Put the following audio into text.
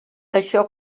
això